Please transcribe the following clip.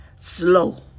slow